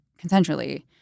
consensually